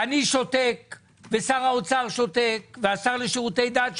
ואני שותק ושר האוצר שותק והשר לשירותי דת שותק.